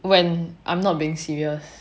when I'm not being serious